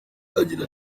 agira